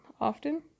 often